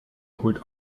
holt